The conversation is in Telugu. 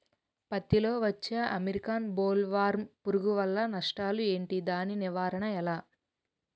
పత్తి లో వచ్చే అమెరికన్ బోల్వర్మ్ పురుగు వల్ల నష్టాలు ఏంటి? దాని నివారణ ఎలా?